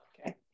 okay